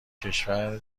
کشور